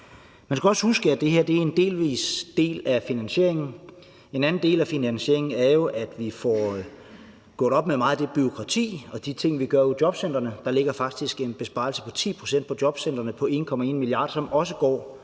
Man skal også huske, at det her er en del af finansieringen. En anden del af finansieringen er jo, at vi får gjort op med meget af det bureaukrati og de ting, vi gør ude i jobcentrene. Der ligger faktisk en besparelse på 10 pct. i jobcentrene, dvs. 1,1 mia. kr., som også går